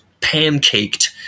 pancaked